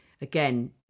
again